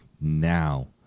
now